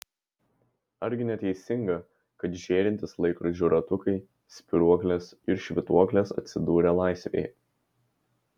argi neteisinga kad žėrintys laikrodžių ratukai spyruoklės ir švytuoklės atsidūrė laisvėje